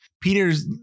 Peter's